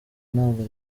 ntabwo